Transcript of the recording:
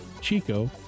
Chico